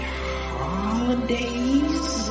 holidays